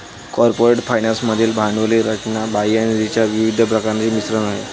corporate finance मधील भांडवली रचना बाह्य निधीच्या विविध प्रकारांचे मिश्रण आहे